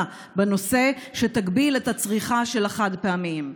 בנושא שתגביל את הצריכה של החד-פעמיים.